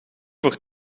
voor